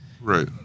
Right